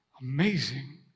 amazing